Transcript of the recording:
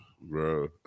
Bro